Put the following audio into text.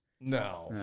No